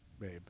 babe